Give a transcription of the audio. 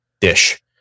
dish